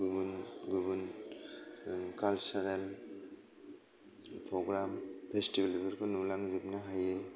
गुबुन गुबुन cultural program festival बेफोरखौ नुलां जोबनो हायो